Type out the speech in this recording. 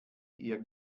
ihr